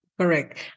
Correct